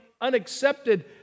unaccepted